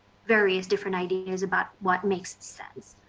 various different ideas about what makes sense.